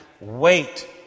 wait